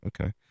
okay